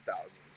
thousands